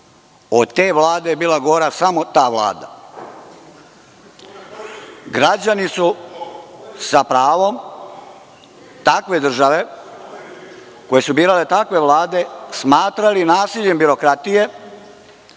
Od te Vlade je bila gora samo ta Vlada. Građani su sa pravom takve države, koje su birale takve vlade, smatrali nasiljem birokratije